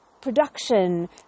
production